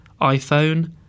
iPhone